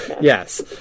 Yes